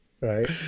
Right